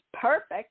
perfect